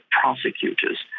prosecutors